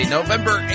November